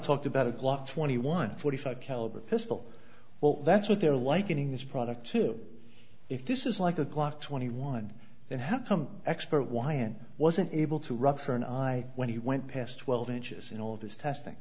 talked about a glock twenty one forty five caliber pistol well that's what they're likening this product to if this is like a glock twenty one and how come expert why and wasn't able to rupture an eye when he went past twelve inches in all of this testing